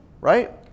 right